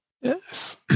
yes